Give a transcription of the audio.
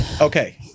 Okay